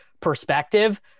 perspective